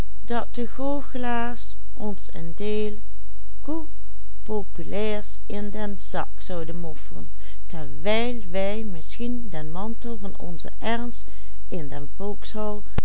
wij misschien den mantel van onzen ernst in den